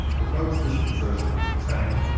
the pope's dispensation was obtained,